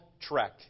trek